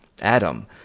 Adam